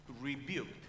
rebuked